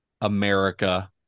America